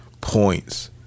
points